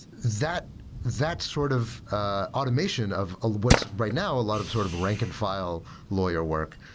that that sort of ah automation of of what's, right now, a lot of sort of rank-and-file lawyer work,